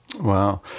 Wow